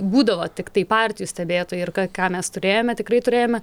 būdavo tiktai partijų stebėtojai ir ką ką mes turėjome tikrai turėjome